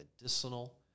medicinal